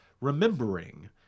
remembering